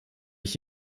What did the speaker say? ich